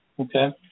Okay